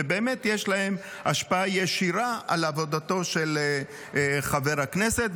ובאמת יש להם השפעה ישירה על עבודתו של חבר הכנסת.